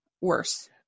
worse